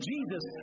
Jesus